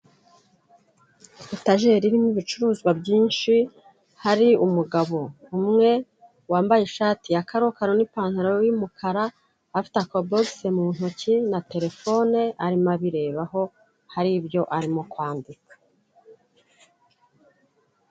Etajeri irimo ibicuruzwa byinshi, hari umugabo umwe wambaye ishati ya karokaro n'ipantaro y'umukara, afite akabokisi mu ntoki na terefone arimo abirebaho hari ibyo arimo kwandika.